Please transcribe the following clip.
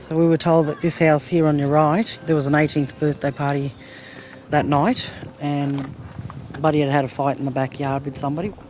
we were told that this house here on your right there was an eighteenth birthday party that night and buddy had had a fight in the backyard with somebody.